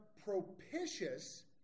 propitious